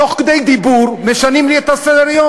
תוך כדי דיבור משנים לי את סדר-היום.